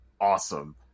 awesome